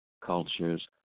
cultures